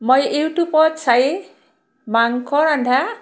মই ইউটিউবত চাই মাংস ৰন্ধা